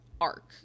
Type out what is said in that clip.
arc